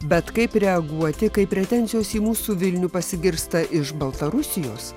bet kaip reaguoti kai pretenzijos į mūsų vilnių pasigirsta iš baltarusijos